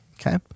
Okay